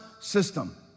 system